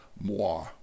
moi